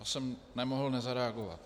Já jsem nemohl nezareagovat.